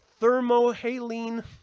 thermohaline